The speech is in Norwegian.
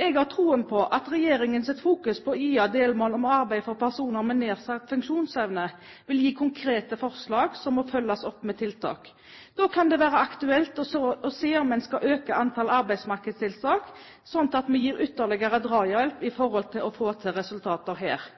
Jeg har troen på at regjeringens fokus på IA-delmål om arbeid for personer med nedsatt funksjonsevne vil gi konkrete forslag som må følges opp med tiltak. Da kan det være aktuelt å se om en skal øke antall arbeidsmarkedstiltak, slik at vi gir ytterligere drahjelp for å få til resultater her.